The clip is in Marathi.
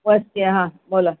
वस्त्या हां बोला